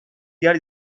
yer